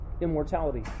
Immortality